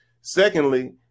Secondly